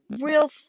real